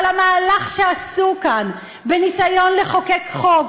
אבל המהלך שעשו כאן בניסיון לחוקק חוק,